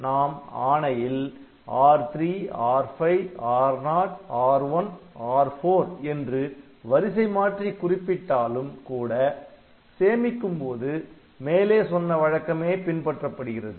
அதாவது நாம் ஆணையில் R3 R5 R0 R1 R4 என்று வரிசை மாற்றி குறிப்பிட்டாலும் கூட சேமிக்கும்போது மேலே சொன்ன வழக்கமே பின்பற்றப்படுகிறது